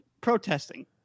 protesting